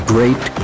Great